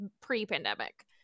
pre-pandemic